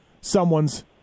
someone's